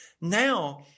Now